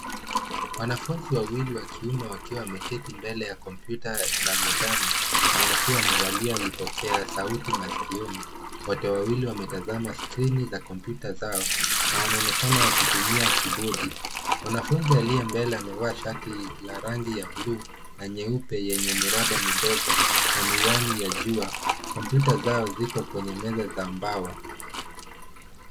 Wanafunzi wawili wa kiume wakiwa wameketi mbele ya kompyuta za mezani na wakiwa wamevalia vipokea sauti maskioni. Wote wawili wametazama skrini za kompyuta zao na wanonekana wakitumia kibodi. Mwanafunzi aliye mbele amevaa shati la rangi ya buluu na nyeupe yenye miraba midogo na miwani ya jua. Kompyuta zao ziko kwenye meza ya mbao.